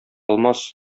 алмас